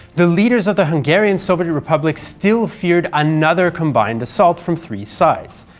the leaders of the hungarian soviet republic still feared another combined assault from three sides,